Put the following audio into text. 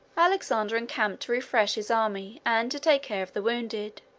alexander encamped to refresh his army and to take care of the wounded.